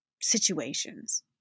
situations